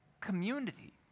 community